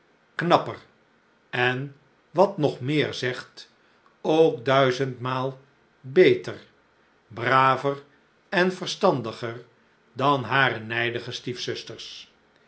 knapper en wat nog meer zegt ook duizendmaal beter braver en verstandiger dan hare nijdige